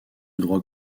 droit